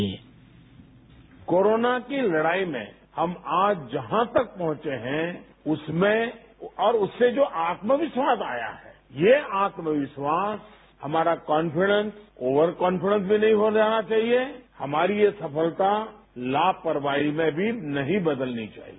sound bite corona की लड़ाई में हम आज जहां तक पहुंचे हैं उसमें और उससे जो आत्मविश्वास आया है ये आत्मविश्वास हमारा कॉनफिडेंस ऑवर कॉन्फिडेंस भी नहीं हो जाना चाहिए हमारी ये सफलता लापरवाही में भी नहीं बदलनी चाहिए